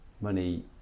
money